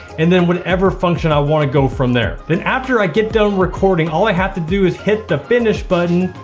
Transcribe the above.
and then whatever function i wanna go from there. then after i get done recording, all i have to do is hit the finish button,